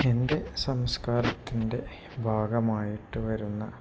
എൻ്റെ സംസ്കാരത്തിൻ്റെ ഭാഗമായിട്ടു വരുന്ന